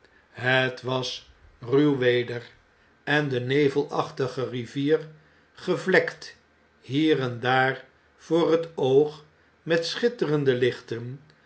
het was ruw weder en de nevelachtige rivier gevlekt hier en daar voor het oog met schitterende lichten